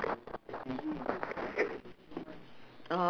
K then the next new food that I want